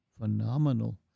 phenomenal